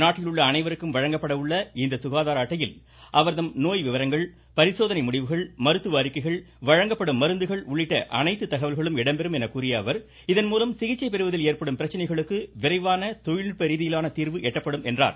நாட்டிலுள்ள அனைவருக்கும் வழங்கப்பட உள்ள இந்த சுகாதார அட்டையில் அவர்தம் நோய் பரிசோதனை மருத்துவ அறிக்கைகள் வழங்கப்படும் மருந்துகள் உள்ளிட்ட அனைத்து தகவல்களும் இடம்பெறும் எனக்கூறிய அவர் இதன்மூலம் சிகிச்சை பெறுவதில் ஏற்படும் பிரச்சனைகளுக்கு விரைவான தொழில்நுட்ப தீர்வு எட்டப்படும் என்றார்